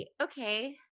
Okay